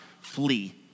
flee